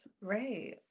Right